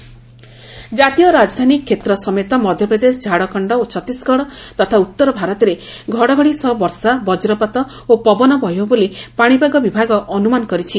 IMD ଜାତୀୟ ରାଜଧାନୀ ଷେତ୍ର ସମେତ ମଧ୍ୟପ୍ରଦେଶ ଝାଡ଼ଖଣ୍ଡ ଓ ଛତିଶଗଡ଼ ତଥା ଉଉର ଭାରତରେ ଘଡ଼ଘଡ଼ି ସହ ବର୍ଷା ବକ୍ରପାତ ଓ ପବନ ବହିବ ବୋଲି ପାଣିପାଗ ବିଭାଗ ଅନ୍ଦ୍ରମାନ କରିଛି